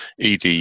ED